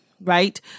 right